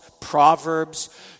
Proverbs